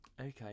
Okay